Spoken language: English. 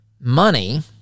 money